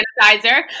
sanitizer